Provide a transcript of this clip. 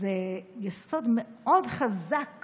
זה יסוד מאוד חזק